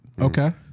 Okay